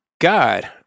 God